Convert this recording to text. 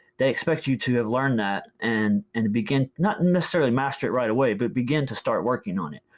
they expect you to have learned that and and to begin, not necessarily master it right away, but begin to start working on it.